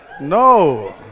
No